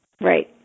Right